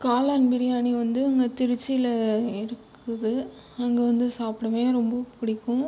காளான் பிரியாணி வந்து இங்கே திருச்சியில் இருக்குது அங்க வந்து சாப்புடுவேன் ரொம்ப பிடிக்கும்